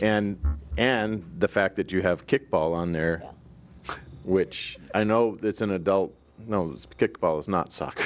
and and the fact that you have kickball on there which i know it's an adult knows get ball is not soccer